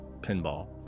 pinball